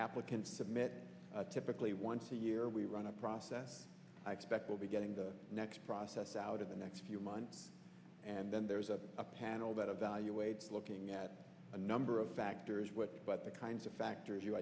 pplicants submit typically once a year we run a process i expect we'll be getting the next process out of the next few months and then there's a panel that evaluates looking at a number of factors what about the kinds of factors you